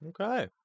Okay